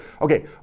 okay